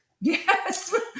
Yes